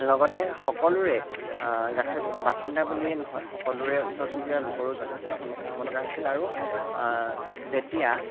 লগতে সকলোৰে বাসিন্দা বুলিয়ে নহয় সকলোৰে ওচৰ চুবুৰীয়া লোকৰো যথেষ্ট সন্মুখীন হ'ব লগা হৈছিল আৰু যেতিয়া